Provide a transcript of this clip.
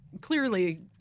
clearly